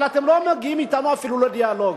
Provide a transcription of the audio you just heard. אבל אתם לא מגיעים אתנו אפילו לדיאלוג.